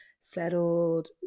settled